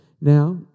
Now